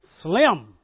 slim